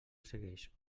segueix